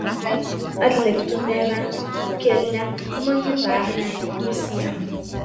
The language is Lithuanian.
bet atliktumėme kilnią humanitarinę misiją